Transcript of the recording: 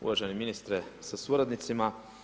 Uvaženi ministre sa suradnicima.